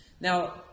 Now